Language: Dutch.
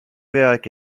werk